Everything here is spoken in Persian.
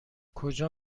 کجا